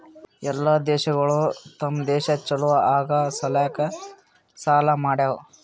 ಎಲ್ಲಾ ದೇಶಗೊಳ್ ತಮ್ ದೇಶ ಛಲೋ ಆಗಾ ಸಲ್ಯಾಕ್ ಸಾಲಾ ಮಾಡ್ಯಾವ್